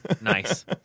Nice